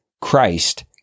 Christ